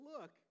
look